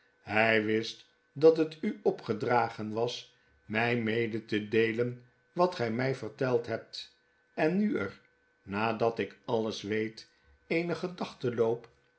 hij wist dat het u opgedragen was my mede te deelen wat gy my verteld hebt en nu er nadat ik alles weet